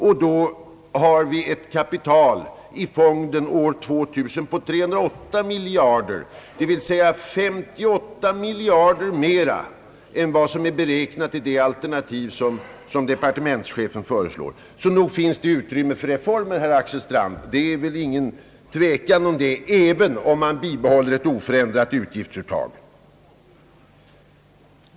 Då har vi år 2000 ett kapital i fonden på 308 miljarder kronor, dvs. 58 miljarder mer än beräknat enligt det alternativ som departementschefen föreslår. Det finns alltså utrymme för reformer herr Axel Strand, även om man bibehåller ett oförändrat utgiftsuttag.